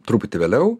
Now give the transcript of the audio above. truputį vėliau